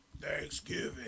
Thanksgiving